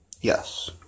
Yes